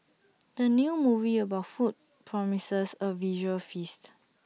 the new movie about food promises A visual feast